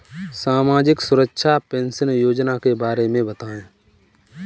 सामाजिक सुरक्षा पेंशन योजना के बारे में बताएँ?